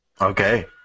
Okay